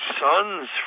son's